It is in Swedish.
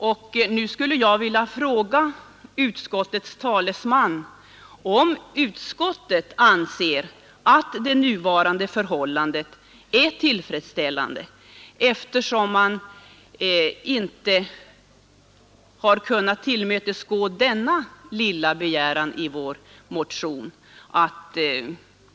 Jag skulle vilja fråga utskottets talesman om utskottet anser att nuvarande förhållanden är tillfredsställande, eftersom man inte kunnat tillmötesgå denna lilla begäran i vår motion.